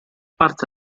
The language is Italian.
parte